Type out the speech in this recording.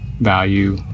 value